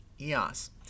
EOS